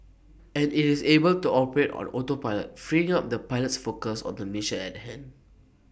and IT is able to operate on autopilot freeing up the pilots focus on the mission at hand